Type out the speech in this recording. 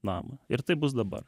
namą ir tai bus dabar